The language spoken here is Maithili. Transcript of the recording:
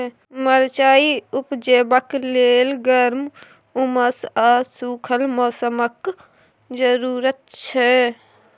मरचाइ उपजेबाक लेल गर्म, उम्मस आ सुखल मौसमक जरुरत छै